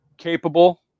Capable